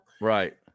Right